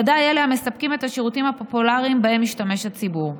ודאי אלה המספקים את השירותים הפופולריים שבהם משתמש הציבור.